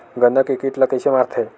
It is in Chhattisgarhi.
गन्ना के कीट ला कइसे मारथे?